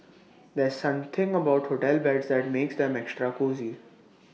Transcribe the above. there's something about hotel beds that makes them extra cosy